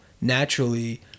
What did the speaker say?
naturally